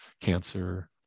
cancer